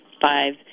five